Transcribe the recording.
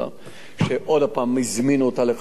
שעוד פעם הזמינו אותה לחקירה,